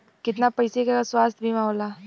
कितना पैसे का स्वास्थ्य बीमा होला?